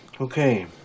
okay